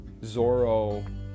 Zorro